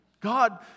God